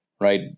right